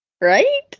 Right